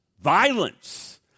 violence